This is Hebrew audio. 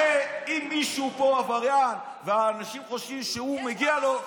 הרי אם מישהו פה עבריין ואנשים חושבים שמגיע לו,